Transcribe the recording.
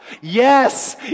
Yes